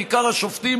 בעיקר השופטים,